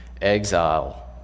exile